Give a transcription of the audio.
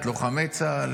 את לוחמי צה"ל,